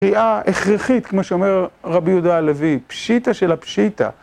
קריאה הכרחית כמו שאומר רבי יהודה הלוי, פשיטא של הפשיטא